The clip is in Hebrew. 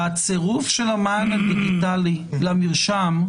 הצירוף של המען הדיגיטלי למרשם,